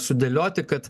sudėlioti kad